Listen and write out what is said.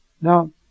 now